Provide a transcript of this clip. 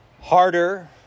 Harder